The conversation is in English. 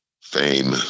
fame